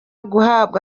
guhabwa